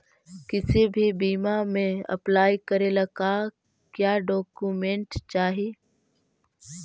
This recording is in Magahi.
किसी भी बीमा में अप्लाई करे ला का क्या डॉक्यूमेंट चाही?